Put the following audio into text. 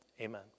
Amen